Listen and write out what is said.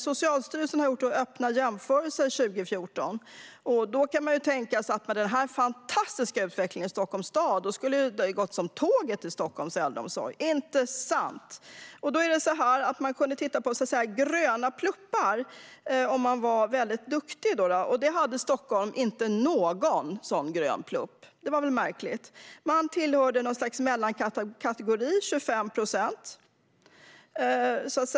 Socialstyrelsen har gjort öppna jämförelser 2014, och man kan ju tänka sig att med den här fantastiska utvecklingen i Stockholms stad skulle Stockholms äldreomsorg ha gått som tåget - inte sant? Men så här är det: Man kan leta efter gröna pluppar, som visar vilka som var duktiga. Stockholm hade ingen sådan grön plupp. Det var väl märkligt? Stockholm tillhörde något slags mellankategori och fick en gul plupp.